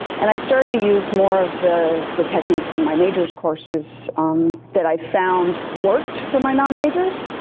and i've started to use more of the the techniques in my majors courses that i found worked for my non majors.